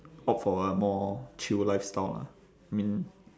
opt for a more chill lifestyle lah mean